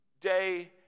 day